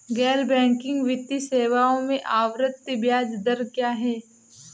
गैर बैंकिंग वित्तीय सेवाओं में आवर्ती ब्याज दर क्या है?